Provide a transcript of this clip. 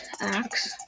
Axe